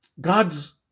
God's